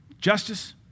Justice